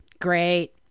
Great